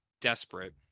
desperate